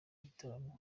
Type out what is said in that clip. bitaramo